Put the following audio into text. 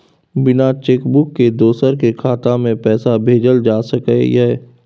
बिना cheque book के दोसर के खाता में पैसा भेजल जा सकै ये?